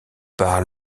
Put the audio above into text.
par